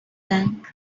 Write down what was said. tank